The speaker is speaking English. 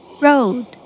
Road